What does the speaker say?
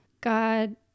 God